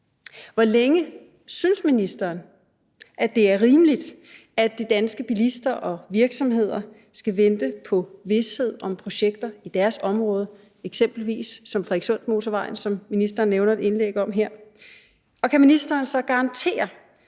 Hvor længe synes ministeren det er rimeligt at de danske bilister og virksomheder skal vente på vished om projekter i deres område, eksempelvis Frederikssundsmotorvejen, som ministeren nævner et indlæg om her? Og kan ministeren så garantere,